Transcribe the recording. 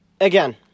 again